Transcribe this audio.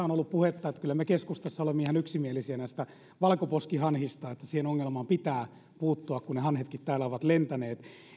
on ollut puhetta että kyllä me keskustassa olemme ihan yksimielisiä näistä valkoposkihanhista että siihen ongelmaan pitää puuttua kun ne hanhetkin täällä ovat lentäneet